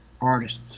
artists